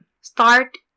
start